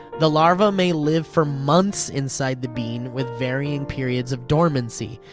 the larva may live for months inside the bean with varying periods of dormancy.